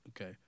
Okay